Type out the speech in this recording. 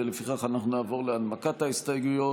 ולפיכך אנחנו נעבור להנמקת ההסתייגויות.